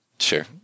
Sure